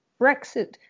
Brexit